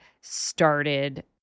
started